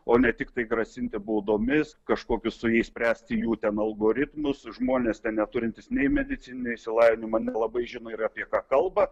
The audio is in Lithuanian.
o ne tiktai grasinti baudomis kažkokius su jais spręsti jų ten algoritmus žmonės neturintys nei medicininio išsilavinimo nelabai žino ir apie ką kalba